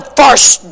first